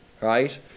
right